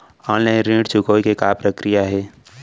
Online ऋण चुकोय के का प्रक्रिया हे?